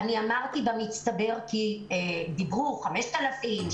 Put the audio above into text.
אני אמרתי במצטבר כי דיברו 5,000,